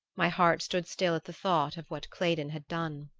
my heart stood still at the thought of what claydon had done.